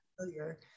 Familiar